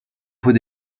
faut